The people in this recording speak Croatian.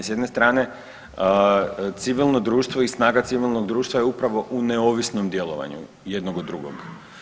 S jedne strane civilno društvo i snaga civilnog društva je upravo u neovisnom djelovanju jednog od drugog.